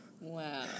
wow